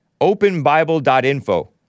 openbible.info